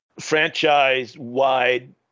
franchise-wide—